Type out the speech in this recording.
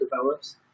develops